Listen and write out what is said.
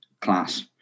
class